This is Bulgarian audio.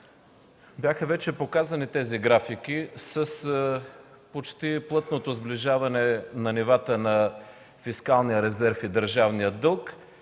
бяха показани тези графики с почти плътното сближаване на нивата на фискалния резерв и държавния дълг